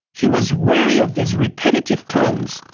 he was weary of these repetitive tomes,